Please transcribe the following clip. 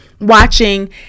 watching